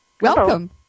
Welcome